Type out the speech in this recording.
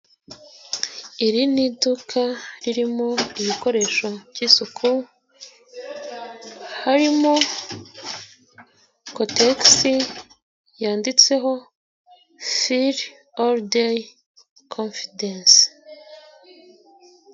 Iri ni iduka ririmo ibikoresho by'isuku, harimo: KOtegisi yanditseho fili olu deyi komfidensi.